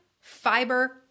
fiber